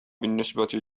بالنسبة